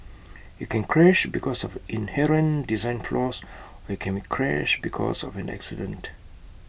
IT can crash because of inherent design flaws or can IT crash because of an accident